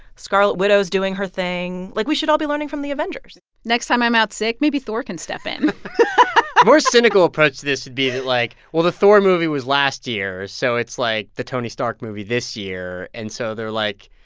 scarlet widow is doing her thing. like, we should all be learning from the avengers next time i'm out sick, maybe thor can step in a more cynical approach to this would be like, well, the thor movie was last year, so it's like the tony stark movie this year. and so they're, like,